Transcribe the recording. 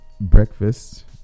breakfast